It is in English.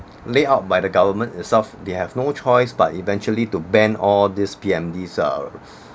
lay out by the government itself they have no choice but eventually to ban all of this P_M_Ds uh